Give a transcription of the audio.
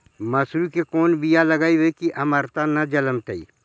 मसुरी के कोन बियाह लगइबै की अमरता न जलमतइ?